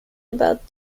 about